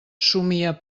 somia